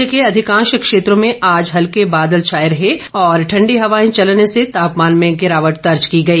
राज्य के अधिकांश क्षेत्रों में आज हल्के बादल छाए रहे और ठंडी हवाएं चलने से तापमान में गिरावट दर्ज की गई